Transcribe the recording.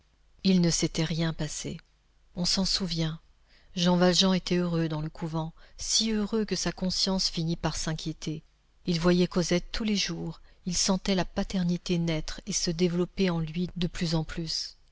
il ne s'était rien passé on s'en souvient jean valjean était heureux dans le couvent si heureux que sa conscience finit par s'inquiéter il voyait cosette tous les jours il sentait la paternité naître et se développer en lui de plus en plus